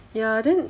ya then